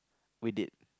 we did